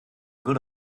good